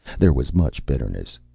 there was much bitterness.